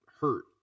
hurt